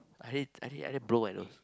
I need I need I need blow my nose